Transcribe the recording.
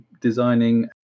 designing